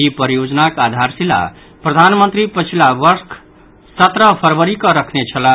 ई परियोजनाक आधारशिला प्रधानमंत्री पछिला वर्ष सत्रह फरवरी कऽ रखने छलाह